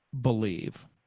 believe